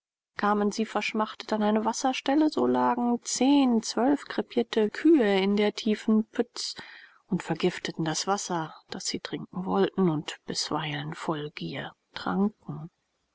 kamen sie verschmachtet an eine wasserstelle so lagen zehn zwölf krepierte kühe in der tiefen pütz und vergifteten das wasser das sie trinken wollten und bisweilen voll gier tranken